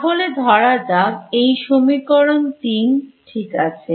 তাহলে ধরা যাক এটা সমীকরণ 3 ঠিক আছে